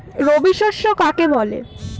রবি শস্য কাকে বলে?